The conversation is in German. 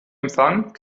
empfang